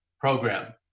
program